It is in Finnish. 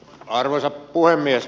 arvoisa puhemies